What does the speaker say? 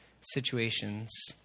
situations